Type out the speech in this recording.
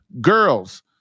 Girls